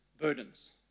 burdens